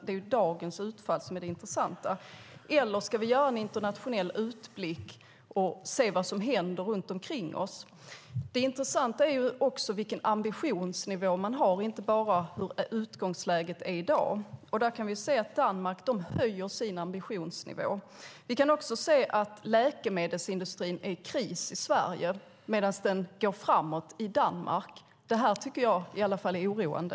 Det är dagens utfall som är det intressanta. Eller ska vi göra en internationell utblick och se vad som händer runt omkring oss? Det intressanta är också vilken ambitionsnivå man har, inte bara vilket utgångsläget är i dag. Där kan vi se att Danmark höjer sin ambitionsnivå. Vi kan också se att läkemedelsindustrin i Sverige är i kris, medan den går framåt i Danmark. Det här tycker i alla fall jag är oroande.